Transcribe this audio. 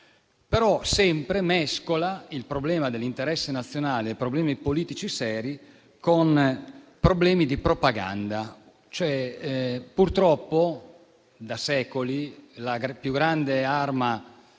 - ma sempre mescola l'interesse nazionale e i problemi politici seri con problemi di propaganda. Purtroppo, da secoli, la più grande arma